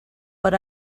but